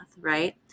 right